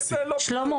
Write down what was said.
שלמה,